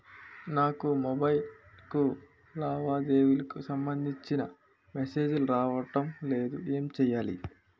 నాకు మొబైల్ కు లావాదేవీలకు సంబందించిన మేసేజిలు రావడం లేదు ఏంటి చేయాలి?